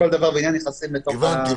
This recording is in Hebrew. הבנתי.